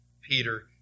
Peter